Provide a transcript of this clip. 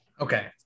Okay